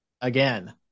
Again